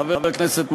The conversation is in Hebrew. חבר הכנסת מופז.